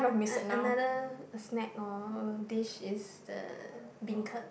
a~ another snack or dish is the beancurd